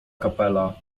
kapela